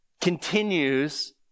continues